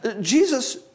Jesus